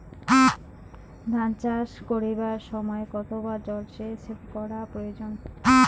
ধান চাষ করিবার সময় কতবার জলসেচ করা প্রয়োজন?